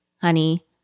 honey